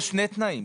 יש פה שני תנאים,